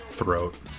throat